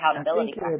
accountability